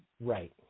right